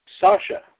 Sasha